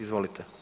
Izvolite.